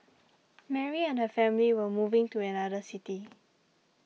Mary and her family were moving to another city